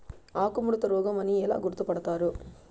ఆకుముడత రోగం అని ఎలా గుర్తుపడతారు?